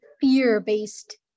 fear-based